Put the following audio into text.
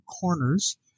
corners